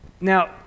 Now